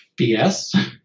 BS